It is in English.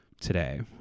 today